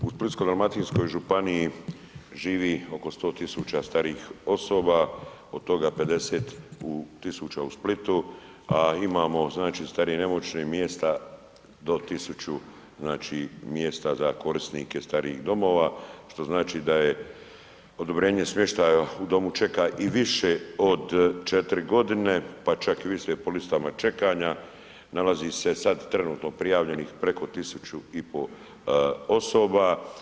U Splitsko-dalmatinskoj županiji živi oko 100.000 starijih osoba, od toga 50.000 u Splitu, a imamo znači starije i nemoćne mjesta do 1.000 znači mjesta za korisnike starijih, domova, što znači da je odobrenje smještaja u domu čeka i više od 4 godine, pa čak i više po listama čekanja nalazi se sad trenutno prijavljenih 1.500 osoba.